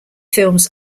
films